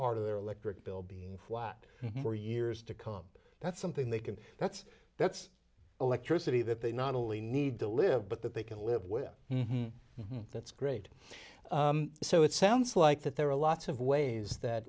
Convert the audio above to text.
part of their electric bill being flat for years to come that's something they can that's that's electricity that they not only need to live but that they can live with that's great so it sounds like that there are lots of ways that